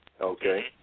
Okay